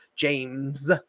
James